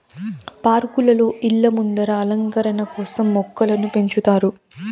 పార్కులలో, ఇళ్ళ ముందర అలంకరణ కోసం మొక్కలను పెంచుతారు